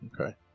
Okay